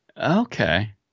Okay